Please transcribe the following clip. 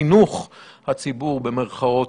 בחינוך הציבור "במירכאות".